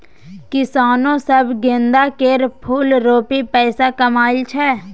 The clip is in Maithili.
किसानो सब गेंदा केर फुल रोपि पैसा कमाइ छै